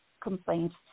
complaints